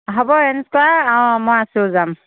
হ'ব এৰেঞ্জ কৰা অঁ মই আছোঁ যাম